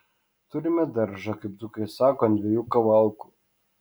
turime daržą kaip dzūkai sako ant dviejų kavalkų